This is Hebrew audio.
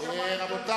רבה.